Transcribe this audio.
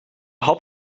had